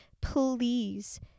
Please